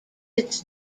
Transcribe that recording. its